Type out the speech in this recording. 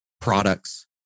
products